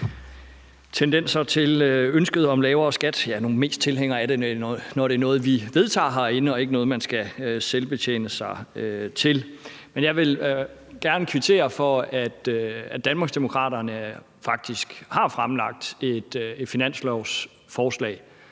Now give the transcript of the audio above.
tendenser til et ønske om lavere skat. Jeg er nu mest tilhænger af det, når det er noget, vi vedtager herinde, og ikke noget, man skal selvbetjene sig til. Men jeg vil gerne kvittere for, at Danmarksdemokraterne faktisk har fremlagt et finanslovsforslag.